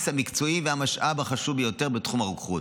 המקצועי והמשאב החשוב ביותר בתחום הרוקחות,